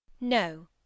No